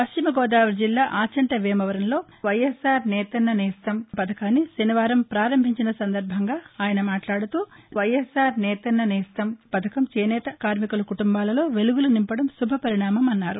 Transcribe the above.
పశ్చిమగోదావరి జిల్లా ఆచంటవేమవరం లో వైఎస్సార్ నేతన్న నేస్తం పధకాన్ని శనివారం పారంభించిన సందర్బంగా అయన మాట్లాడుతూ నేడు ప్రారంభించిన నేతన్న నేస్తం పధకం చేనేత కార్మికుల కుటుంబాలలో వెలుగులు నింపడం శుభపరిణామమన్నారు